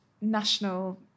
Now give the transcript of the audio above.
national